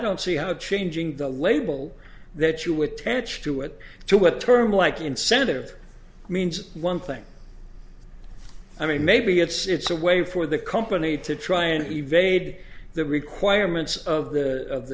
don't see how it changing the label that you would teche to it to what term like incentive means one thing i mean maybe it's a way for the company to try and evade the requirements of the of